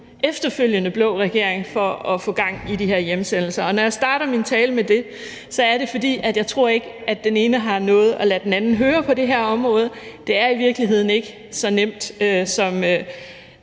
efterfølgende blå regering for at få gang i de her hjemsendelser. Og når jeg starter min tale med det, er det, fordi jeg ikke tror, at den ene har noget at lade den anden høre på det her område. Det er i virkeligheden ikke så nemt, som